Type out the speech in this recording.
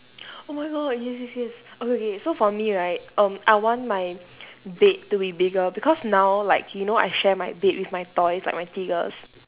oh my god yes yes yes okay okay so for me right um I want my bed to be bigger because now like you know I share my bed with my toys like my tiggers